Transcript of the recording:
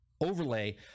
overlay